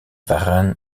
waren